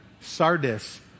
Sardis